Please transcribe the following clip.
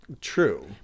True